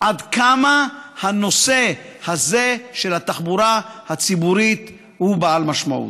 עד כמה הנושא הזה של התחבורה הציבורית בעל משמעות.